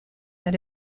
that